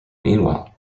meanwhile